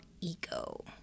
ego